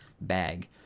bag